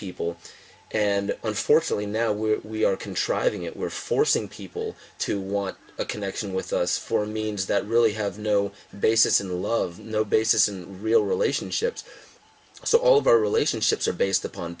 people and unfortunately now we are contriving it we're forcing people to want a connection with us for means that really have no basis in love no basis in real relationships so all of our relationships are based upon